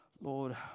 Lord